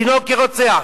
דינו כרוצח.